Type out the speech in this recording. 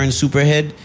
superhead